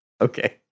Okay